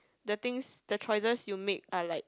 the things the choices you make are like